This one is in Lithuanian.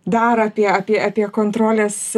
dar apie apie apie kontrolės